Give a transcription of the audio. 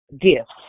gifts